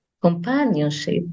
companionship